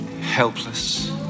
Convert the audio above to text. helpless